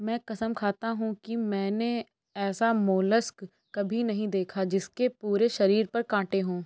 मैं कसम खाता हूँ कि मैंने ऐसा मोलस्क कभी नहीं देखा जिसके पूरे शरीर पर काँटे हों